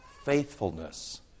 faithfulness